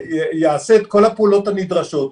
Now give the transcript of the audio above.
יעשה את כל הפעולות הנדרשות,